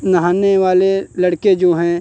नहाने वाले लड़के जो हैं